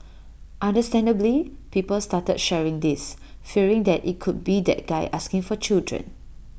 understandably people started sharing this fearing that IT could be that guy asking for children